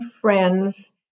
friends